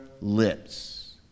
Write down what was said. lips